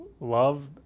love